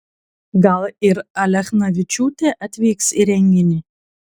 gal ir alechnavičiūtė atvyks į renginį